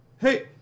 Hey